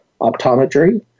optometry